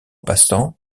passant